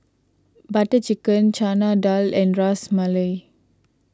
Butter Chicken Chana Dal and Ras Malai